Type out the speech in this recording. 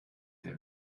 der